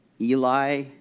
Eli